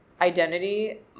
identity